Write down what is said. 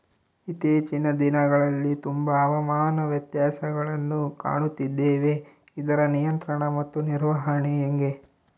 ಇತ್ತೇಚಿನ ದಿನಗಳಲ್ಲಿ ತುಂಬಾ ಹವಾಮಾನ ವ್ಯತ್ಯಾಸಗಳನ್ನು ಕಾಣುತ್ತಿದ್ದೇವೆ ಇದರ ನಿಯಂತ್ರಣ ಮತ್ತು ನಿರ್ವಹಣೆ ಹೆಂಗೆ?